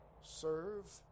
Serve